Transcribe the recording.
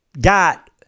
got